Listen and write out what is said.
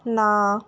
না